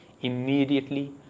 Immediately